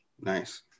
Nice